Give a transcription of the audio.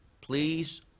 please